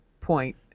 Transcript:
point